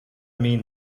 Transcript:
mean